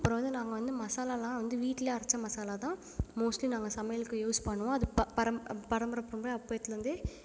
அப்புறம் வந்து நாங்கள் வந்து மசாலாலாம் வந்து வீட்லேயே அரைச்ச மசாலா தான் மோஸ்ட்லி நாங்கள் சமையலுக்கு யூஸ் பண்ணுவோம் அது பரம் பரம்பரை பரம்பரையாக அப்போத்துலேருந்தே